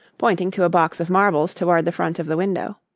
pointing to a box of marbles toward the front of the window.